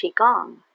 Qigong